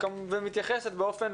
ומתייחסת באופן,